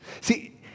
See